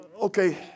Okay